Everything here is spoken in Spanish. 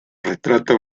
retrata